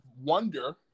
wonder